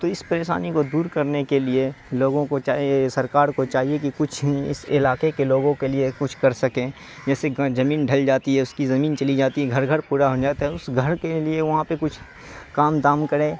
تو اس پریشانی کو دور کرنے کے لیے لوگوں کو سرکار کو چاہیے کہ کچھ ہی اس علاقے کے لوگوں کے لیے کچھ کر سکیں جیسے زمین ڈھل جاتی ہے اس کی زمین چلی جاتی ہے گھر گھر پورا ہن جاتا ہے اس گھر کے لیے وہاں پہ کچھ کام دام کریں